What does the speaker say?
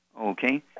Okay